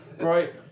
right